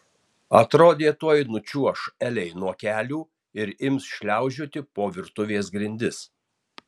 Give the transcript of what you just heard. atrodė tuoj nučiuoš elei nuo kelių ir ims šliaužioti po virtuvės grindis